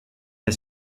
est